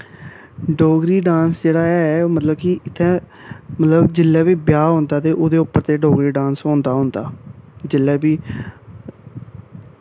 Dogri dance जेह्ड़ा ऐ ओह् मतलब कि इत्थें मतलब जेल्लै बी ब्याह् होंदा ओह्दे उप्पर ते डोगरी डांस होंदा गै होंदा जेल्लै बी